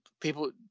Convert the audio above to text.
people